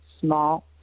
small